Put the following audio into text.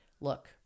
look